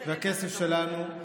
אבל אי-אפשר להתעלם מהמגמות.